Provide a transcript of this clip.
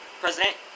president